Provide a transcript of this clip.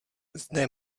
zde